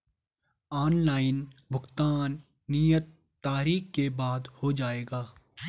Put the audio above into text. Online भुगतान नियत तारीख के बाद हो जाएगा?